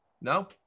No